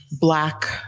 black